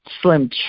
slim